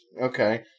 okay